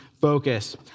focus